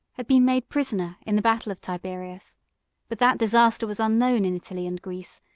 had been made prisoner in the battle of tiberias but that disaster was unknown in italy and greece,